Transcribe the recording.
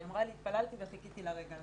היא אמרה לי: התפללתי וחיכיתי לרגע הזה.